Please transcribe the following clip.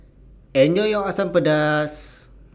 Enjoy your Asam Pedas